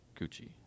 Gucci